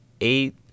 eight